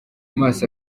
maso